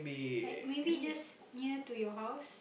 like maybe just near to your house